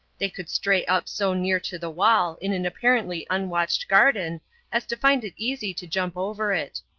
they could stray up so near to the wall in an apparently unwatched garden as to find it easy to jump over it.